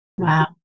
Wow